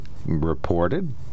reported